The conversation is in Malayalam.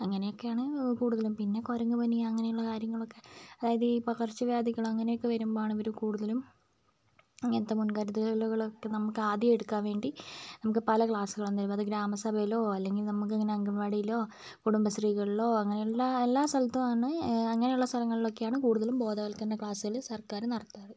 അങ്ങനെയൊക്കെയാണ് കൂടുതലും പിന്നെ കുരങ്ങുപനി അങ്ങനെയുള്ള കാര്യങ്ങളൊക്കെ അതായത് ഈ പകർച്ചവ്യാധികള് അങ്ങനെയൊക്കെ വരുമ്പോഴാണ് ഇവര് കൂടുതലും ഇങ്ങനത്തെ മുൻകരുതലുകളൊക്കെ നമുക്ക് ആദ്യമേ എടുക്കാന് വേണ്ടി നമുക്ക് പല ക്ലാസുകളും തരും അത് ഗ്രാമസഭയിലോ അല്ലെങ്കില് നമുക്കിങ്ങനെ അംഗണവാടിയിലോ കുടുംബശ്രീകളിലോ അങ്ങനെയുള്ള എല്ലാ സ്ഥലത്തുമാണ് അങ്ങനെയുള്ള സ്ഥലങ്ങളിലൊക്കെയാണ് കൂടുതലും ബോധവൽക്കരണ ക്ലാസുകള് സർക്കാര് നടത്താറ്